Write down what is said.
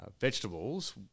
vegetables